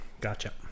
Gotcha